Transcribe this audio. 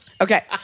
Okay